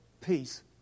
peace